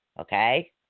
okay